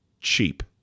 cheap